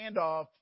handoff